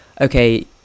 okay